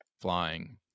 flying